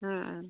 ᱦᱮᱸ